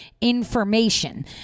information